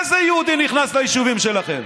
איזה יהודי נכנס ליישובים שלכם?